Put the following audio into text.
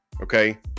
okay